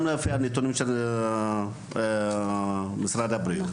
גם לפי הנתונים של משרד הבריאות,